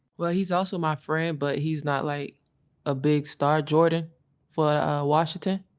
well, he's also my friend, but he's not like a big star. jordan for washington.